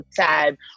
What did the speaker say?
time